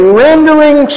rendering